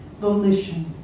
volition